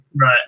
Right